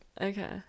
Okay